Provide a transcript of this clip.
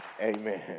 Amen